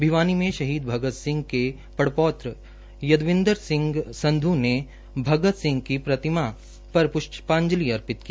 भिवानी में शहीद भगत सिंह के पडपौत्र यादविंदर संध् ने भगत सिंह की प्रतिमा पर पुष्पांजलि अर्पित की